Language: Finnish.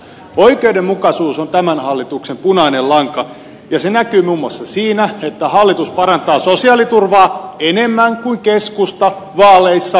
oikeudenmukaisuus on tämän hallituksen punainen lanka ja se näkyy muun muassa siinä että hallitus parantaa sosiaaliturvaa enemmän kuin keskusta vaaleissa vaati